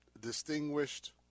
distinguished